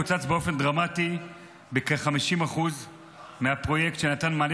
קוצץ באופן דרמטי בכ-50% מהפרויקט שנתן מענה